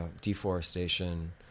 deforestation